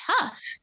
tough